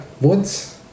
Woods